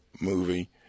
movie